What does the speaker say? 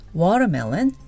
watermelon